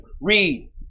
Read